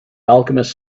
alchemist